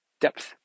depth